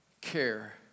care